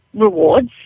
rewards